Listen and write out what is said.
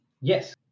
Yes